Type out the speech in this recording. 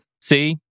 see